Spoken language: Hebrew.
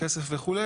כסף וכו'.